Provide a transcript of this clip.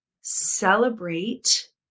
celebrate